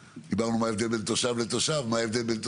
דיברנו על מה ההבדל בין תושב לתושב כי הרעש